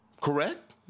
correct